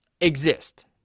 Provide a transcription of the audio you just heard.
exist